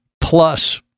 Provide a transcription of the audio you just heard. plus